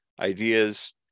ideas